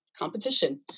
competition